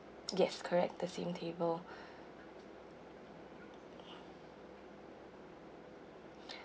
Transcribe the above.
yes correct the same table